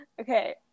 Okay